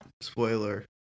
spoiler